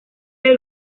del